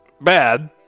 bad